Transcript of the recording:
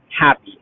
happy